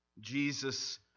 Jesus